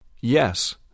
Yes